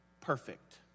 perfect